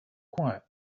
quiet